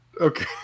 Okay